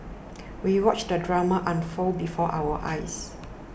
we watched the drama unfold before our eyes